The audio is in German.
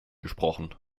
gesprochen